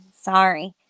Sorry